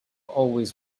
always